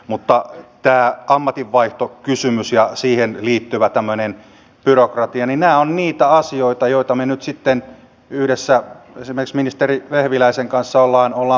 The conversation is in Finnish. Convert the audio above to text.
mutta tämä ammatinvaihtokysymys ja siihen liittyvä tämmöinen byrokratia ovat niitä asioita joista me nyt sitten yhdessä esimerkiksi ministeri vehviläisen kanssa olemme puhuneet